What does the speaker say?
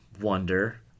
wonder